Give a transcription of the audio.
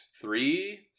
three